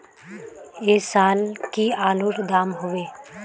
ऐ साल की आलूर र दाम होबे?